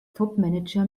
topmanager